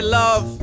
love